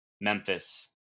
Memphis